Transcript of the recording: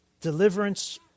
deliverance